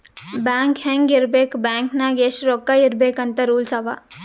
bank ಹ್ಯಾಂಗ್ ಇರ್ಬೇಕ್ bank ನಾಗ್ ಎಷ್ಟ ರೊಕ್ಕಾ ಇರ್ಬೇಕ್ ಅಂತ್ ರೂಲ್ಸ್ ಅವಾ